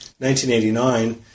1989